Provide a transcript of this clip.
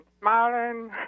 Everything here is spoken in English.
smiling